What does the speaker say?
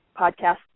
podcast